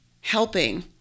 helping